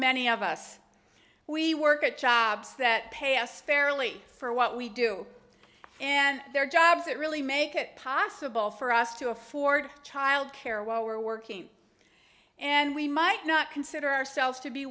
many of us we work at jobs that pay us fairly for what we do and there are jobs that really make it possible for us to afford childcare while we're working and we might not consider ourselves to be